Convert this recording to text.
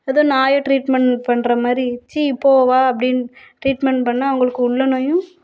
எதோ நாயை ட்ரீட்மெண்ட் பண்ணுற மாதிரி சீ போ வா அப்படின்னு ட்ரீட்மெண்ட் பண்ணால் அவங்களுக்கு உள்ள நோயும்